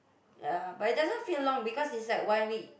ya but it doesn't feel long because is like when we